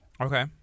Okay